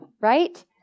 Right